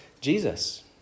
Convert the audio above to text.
Jesus